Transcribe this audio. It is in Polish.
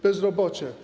Bezrobocie.